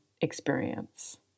experience